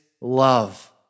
love